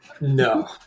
No